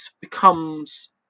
becomes